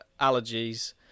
allergies